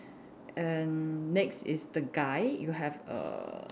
and next is the guy you have err